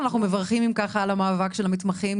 אנחנו מברכים אם כך על המאבק של המתמחים,